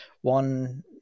one